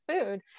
food